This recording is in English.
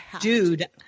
dude